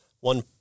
one